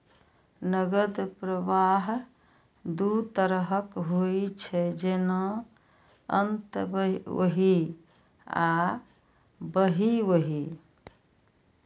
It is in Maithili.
नकद प्रवाह दू तरहक होइ छै, जेना अंतर्वाह आ बहिर्वाह